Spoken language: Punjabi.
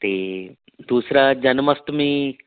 ਅਤੇ ਦੂਸਰਾ ਜਨਮ ਅਸ਼ਟਮੀ